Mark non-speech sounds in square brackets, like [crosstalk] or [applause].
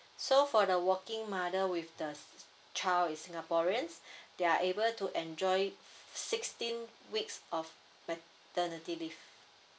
so for the working mother with the child is singaporeans [breath] they are able to enjoy sixteen weeks of maternity leave